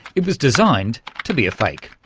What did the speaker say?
it was designed to be a fake,